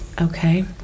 Okay